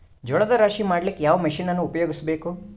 ಜೋಳದ ರಾಶಿ ಮಾಡ್ಲಿಕ್ಕ ಯಾವ ಮಷೀನನ್ನು ಉಪಯೋಗಿಸಬೇಕು?